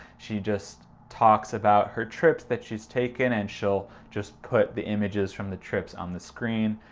she just talks about her trips that she's taken and she'll just put the images from the trips on the screen.